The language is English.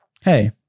hey